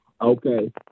Okay